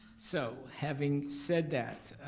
so, having said that,